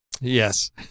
yes